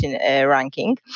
Ranking